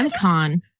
con